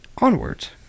Onwards